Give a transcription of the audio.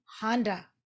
honda